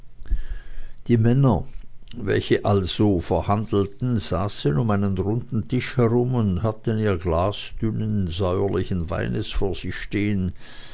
die männer welche also verhandelten saßen um einen runden tisch herum und hatten ihr glas dünnen säuerlichen weines vor sich stehen